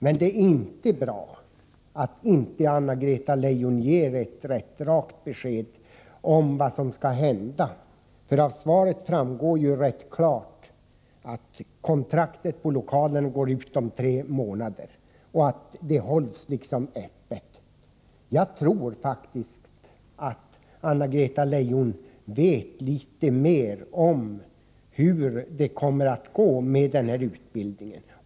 Men det är inte bra att Anna-Greta Leijon inte ger ett rakt besked om vad som skall hända. Av svaret framgår ju klart att hyreskontraktet för lokalen går ut om tre månader och att frågan står öppen. Jag tror faktiskt att Anna-Greta Leijon vet mer om hur det kommer att gå med den här utbildningen.